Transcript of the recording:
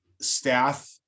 staff